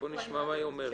בואו נשמע מה היא אומרת.